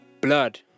blood